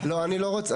לא, אז אני לא רוצה.